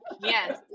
Yes